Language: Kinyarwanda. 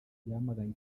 yamaganye